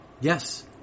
Yes